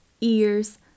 ears